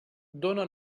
dóna